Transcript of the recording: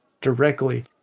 directly